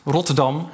Rotterdam